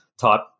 type